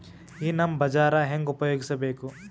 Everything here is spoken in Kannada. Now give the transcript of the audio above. ಈ ನಮ್ ಬಜಾರ ಹೆಂಗ ಉಪಯೋಗಿಸಬೇಕು?